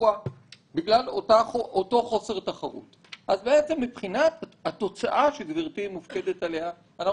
מבחינת התוצאה שגברתי מופקדת עליה אנחנו